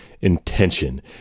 intention